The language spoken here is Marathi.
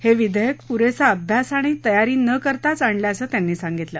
हे विधेयक पुरेसा अभ्यास आणि तयारी न करताच आणल्याचे त्यांनी सांगितलं